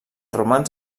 romanç